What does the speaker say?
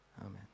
Amen